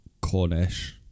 Cornish